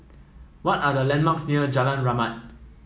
what are the landmarks near Jalan Rahmat